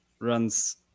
runs